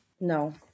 No